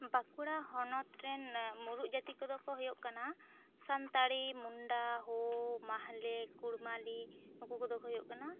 ᱵᱟᱸᱠᱩᱲᱟ ᱦᱚᱱᱚᱛ ᱨᱮᱱ ᱢᱩᱬᱩᱛ ᱡᱟᱹᱛᱤ ᱠᱚ ᱫᱚ ᱠᱚ ᱦᱩᱭᱩᱜ ᱠᱟᱱᱟ ᱥᱟᱱᱛᱟᱲᱤ ᱢᱩᱱᱰᱟ ᱦᱳ ᱢᱟᱦᱞᱮ ᱠᱩᱲᱢᱟᱞᱤ ᱱᱩᱠᱩ ᱠᱚ ᱫᱚ ᱠᱚ ᱦᱩᱭᱩᱜ ᱠᱟᱱᱟ